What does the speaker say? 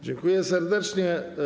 Dziękuję serdecznie.